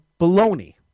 baloney